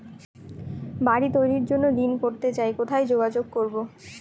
বাড়ি তৈরির জন্য ঋণ করতে চাই কোথায় যোগাযোগ করবো?